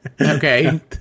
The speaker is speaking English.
Okay